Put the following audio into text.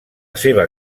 seva